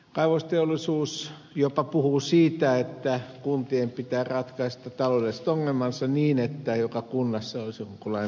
kaivosteollisuus jopa puhuu siitä että kuntien pitää ratkaista taloudelliset ongelmansa niin että joka kunnassa olisi jonkunlainen pieni kaivos